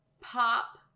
pop